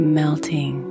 melting